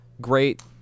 great